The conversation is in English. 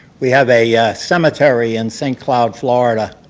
we have a yeah cemetery in st. cloud, florida,